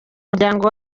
muryango